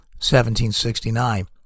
1769